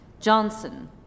Johnson